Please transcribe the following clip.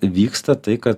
vyksta tai kad